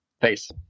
Face